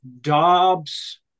Dobbs